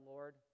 Lord